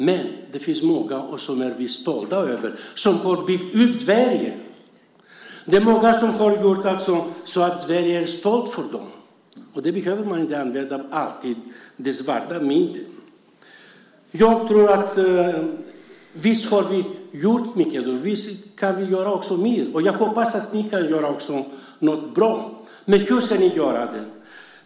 Men det finns många som vi är stolta över, som har byggt upp Sverige. Det är många som Sverige kan vara stolt över. Man behöver inte alltid välja att se den svarta sidan av myntet. Visst har vi gjort mycket och visst kan vi göra mer. Jag hoppas att ni också kan göra något bra. Men hur ska ni göra det?